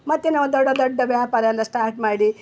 ಮತ್ತು ನಾವು ದೊಡ್ಡ ದೊಡ್ಡ ವ್ಯಾಪಾರ ಎಲ್ಲ ಸ್ಟಾರ್ಟ್ ಮಾಡಿ